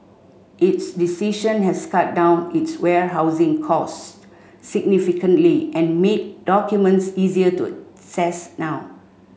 its decision has cut down its warehousing costs significantly and made documents easier to now